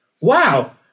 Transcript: Wow